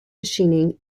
machining